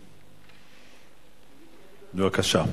בבקשה.